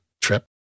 trip